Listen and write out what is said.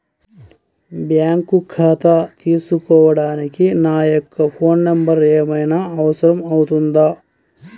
Bank ఖాతా తీసుకోవడానికి నా యొక్క ఫోన్ నెంబర్ ఏమైనా అవసరం అవుతుందా?